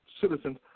citizens